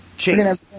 Chase